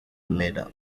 medal